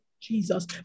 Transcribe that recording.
Jesus